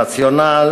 הרציונל